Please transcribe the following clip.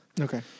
Okay